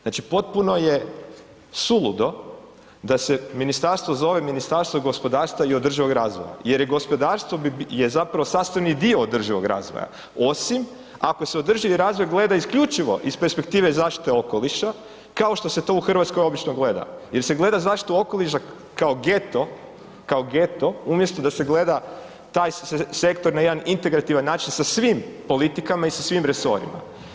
Znači potpuno je suludo da se ministarstvo zove Ministarstvo gospodarstva i održivoga razvoja jer je gospodarstvo je zapravo sastavni dio održivog razvoja, osim ako se održivi razvoj gleda isključivo iz perspektivne zaštite okoliša, kao što se to u Hrvatskoj obično gleda jer se gleda zaštitu okoliša kao geto, kao geto, umjesto da se gleda taj sektor na jedan integrativan način sa svim politikama i sa svim resorima.